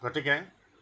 গতিকে